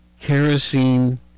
Kerosene